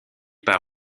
par